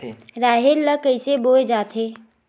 राहेर ल कइसे बोय जाथे?